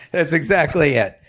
that's exactly it.